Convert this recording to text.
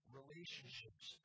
relationships